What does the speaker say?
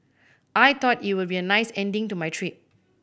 I thought it would be a nice ending to my trip